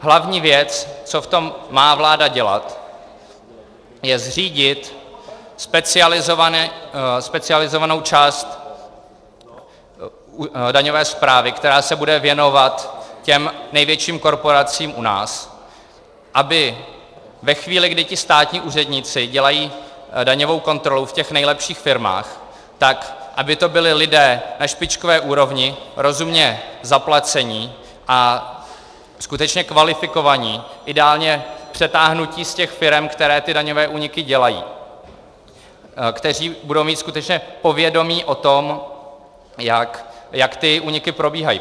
Hlavní věc, co v tom má vláda dělat, je zřídit specializovanou část daňové správy, která se bude věnovat těm největším korporacím u nás, aby ve chvíli, kdy státní úředníci dělají daňovou kontrolu v nejlepších firmách, tak aby to byli lidé na špičkové úrovni, rozumně zaplacení a skutečně kvalifikovaní, ideálně přetáhnutí z těch firem, které ty daňové úniky dělají, kteří budou mít skutečně povědomí o tom, jak ty úniky probíhají.